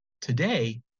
Today